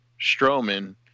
Strowman